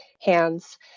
hands